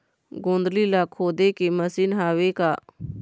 गोंदली ला खोदे के मशीन हावे का?